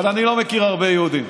אבל אני לא מכיר הרבה יהודים.